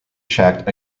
checked